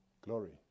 glory